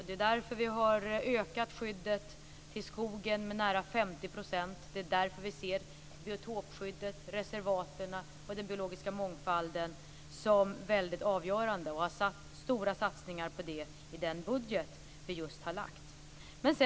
Det är därför vi har ökat skyddet till skogen med nära 50 %, och det är därför vi ser biotopskyddet, reservaten och den biologiska mångfalden som väldigt avgörande och har gjort stora satsningar på de områdena i den budget vi just har lagt fram.